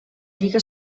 lliga